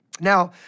Now